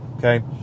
Okay